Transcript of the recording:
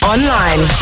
Online